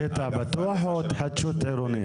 בשטח פתוח או התחדשות עירונית?